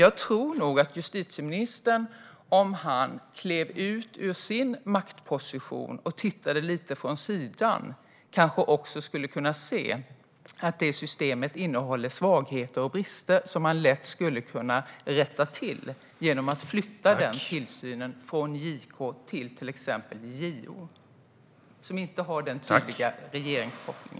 Jag tror nog att justitieministern, om han klev ut ur sin maktposition och tittade lite från sidan, också skulle kunna se att systemet innehåller svagheter och brister som man lätt skulle kunna rätta till genom att flytta tillsynen från JK till exempelvis JO, som inte har den tydliga regeringskopplingen.